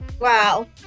wow